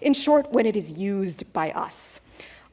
in short when it is used by us